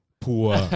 Poor